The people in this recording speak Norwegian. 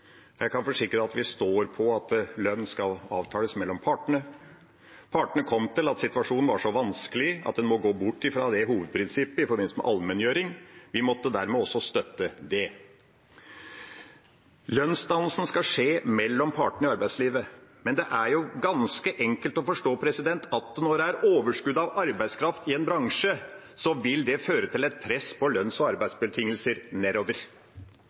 Jeg kan forsikre om at vi står på at lønn skal avtales mellom partene. Partene kom til at situasjonen var så vanskelig at en må gå bort fra det hovedprinsippet i forbindelse med allmenngjøring – vi måtte dermed også støtte det. Lønnsdannelsen skal skje mellom partene i arbeidslivet. Men det er jo ganske enkelt å forstå at når det er overskudd av arbeidskraft i en bransje, vil det føre til et press på lønns- og arbeidsbetingelser nedover.